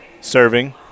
Serving